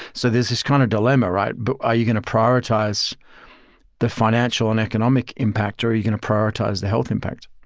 so this is kind of dilemma, but are you going to prioritize the financial and economic impact or are you going to prioritize the health impact?